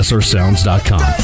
SrSounds.com